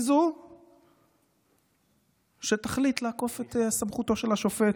זו שתחליט לעקוף את סמכותו של השופט,